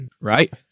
Right